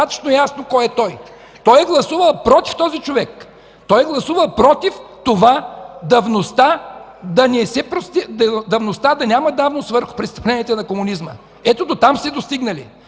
Той е гласувал „против”, този човек. Той е гласувал против това да няма давност върху престъпленията на комунизма. Ето, до там сте достигнали.